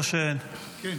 כן.